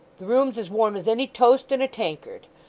the room's as warm as any toast in a tankard.